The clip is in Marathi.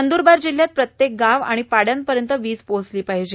नंद्रबार जिल्हयात प्रत्येक गाव आणि पाडयांपर्यंत वीज पोहोचली पाहिजे